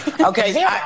okay